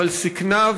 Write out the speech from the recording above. אבל סיכנה,